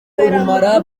ubumara